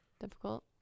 difficult